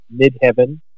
Midheaven